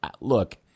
Look